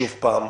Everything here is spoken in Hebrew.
שוב פעם,